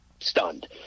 stunned